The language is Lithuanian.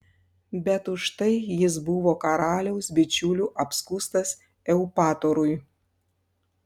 bet už tai jis buvo karaliaus bičiulių apskųstas eupatorui